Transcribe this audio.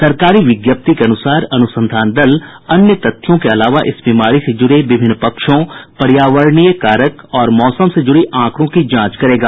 सरकारी विज्ञप्ति के अनुसार अनुसंधान दल अन्य तथ्यों के अलावा इस बीमारी से जुड़े विभिन्न पक्षों पर्यावरणीय कारक और मौसम से जुड़े आंकड़ों की जांच करेगा